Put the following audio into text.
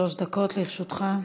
שלוש דקות לרשותך.